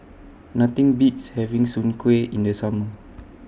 Nothing Beats having Soon Kueh in The Summer